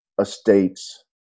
estates